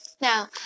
Now